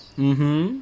mmhmm